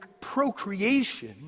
procreation